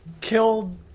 killed